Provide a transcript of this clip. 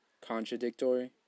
Contradictory